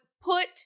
put